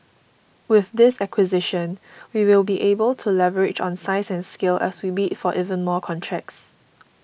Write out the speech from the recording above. with this acquisition we will be able to leverage on size and scale as we bid for even more contracts